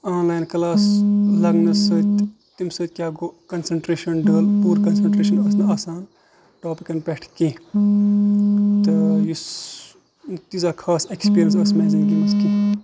آن line class لگنہٕ سۭتۍ کیاہ گوٚو کِنسنٹریشن ڈوٚل پوٗرٕ کِنسنٹریشن ٲس نہٕ آسان ٹاپِکن پٮ۪ٹھ کیٚنٛہہ تہٕ یُس تِیٖژھ خاص اٮ۪کٔسپِرینس ٲسۍ نہٕ مےٚ زنٛدگی منٛز کیٚنٛہہ